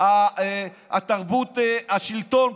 תרבות השלטון.